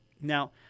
now